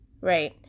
right